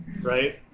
right